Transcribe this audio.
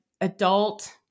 adult